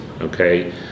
okay